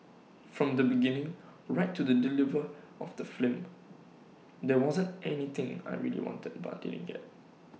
from the beginning right to the deliver of the film there wasn't anything I really wanted but didn't get